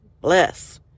Bless